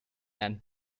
and